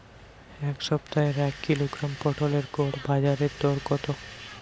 এ সপ্তাহের এক কিলোগ্রাম পটলের গড় বাজারে দর কত?